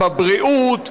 בבריאות,